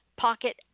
Pocket